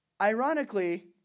Ironically